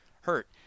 hurt